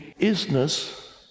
isness